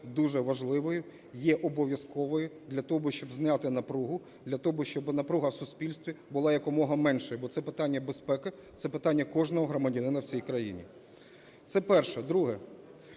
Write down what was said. дуже важливою, є обов'язковою для того, щоб зняти напругу, для того, щоб напруга в суспільстві була якомога меншою. Бо це питання безпеки, це питання кожного громадянина в цій країні. Це перше. Друге.